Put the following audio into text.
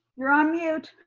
you're on mute.